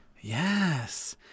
Yes